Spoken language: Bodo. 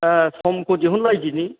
ओ समखौ दिहुनलायदिनि